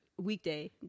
Weekday